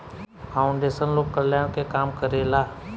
foundation लोक कल्याण के काम करेला